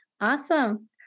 Awesome